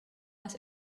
was